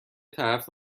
طرف